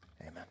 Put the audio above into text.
amen